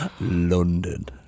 London